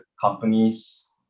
companies